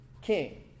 king